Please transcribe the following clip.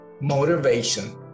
Motivation